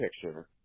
Picture